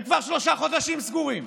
הם כבר שלושה חודשים סגורים.